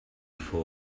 for